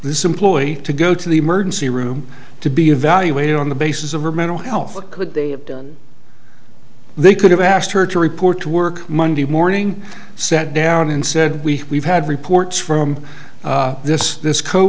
this employee to go to the emergency room to be evaluated on the basis of her mental health could they could have asked her to report to work monday morning sat down and said we we've had reports from this this co